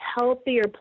healthier